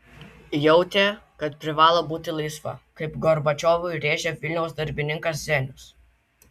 jautė kad privalo būti laisva kaip gorbačiovui rėžė vilniaus darbininkas zenius